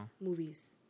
movies